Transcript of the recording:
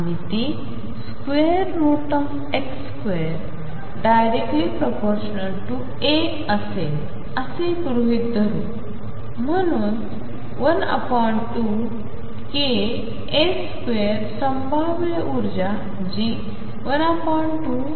आणि ती ⟨x2⟩∼a असेल असे गृहीत धरू म्हणून 12ka2 संभाव्य ऊर्जा जी12m2a2